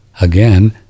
again